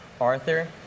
Arthur